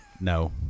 No